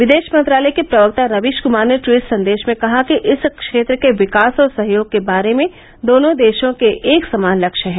विदेश मंत्रालय के प्रवक्ता रवीश कुमार ने ट्वीट संदेश में कहा कि इस क्षेत्र के विकास और सहयोग के बारे में दोनों देशों के एक समान लक्ष्य है